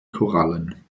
korallen